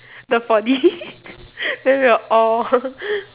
the four D then we'll all